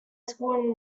school